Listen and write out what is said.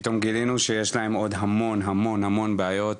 פתאום גילינו שיש להם עוד המון המון המון בעיות,